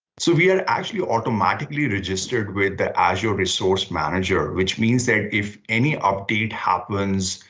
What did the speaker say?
so we ah actually automatically registered with the azure resource manager which means that if any update happens,